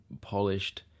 polished